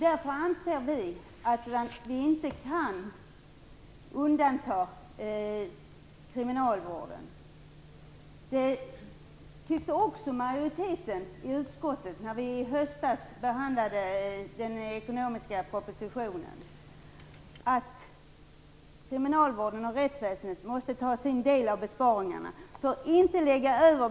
Därför anser vi att kriminalvården inte kan undantas. När vi i höstas behandlade den ekonomiska propositionen ansåg också majoriteten i utskottet att kriminalvården och rättsväsendet måste ta sin del av besparingarna.